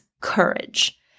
courage